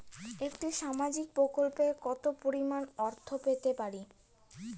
একটি সামাজিক প্রকল্পে কতো পরিমাণ অর্থ পেতে পারি?